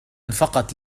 فقط